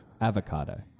Avocado